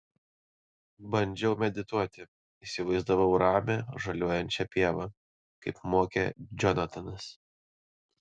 bandžiau medituoti įsivaizdavau ramią žaliuojančią pievą kaip mokė džonatanas